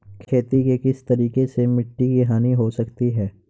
खेती के किस तरीके से मिट्टी की हानि हो सकती है?